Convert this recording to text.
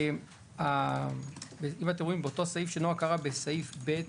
באותו סעיף שנעה קראה,